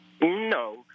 No